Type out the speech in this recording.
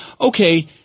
okay